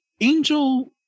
Angel